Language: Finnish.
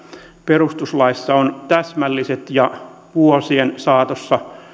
perustuslaissa on täsmälliset ja vuosien saatossa